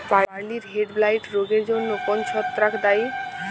বার্লির হেডব্লাইট রোগের জন্য কোন ছত্রাক দায়ী?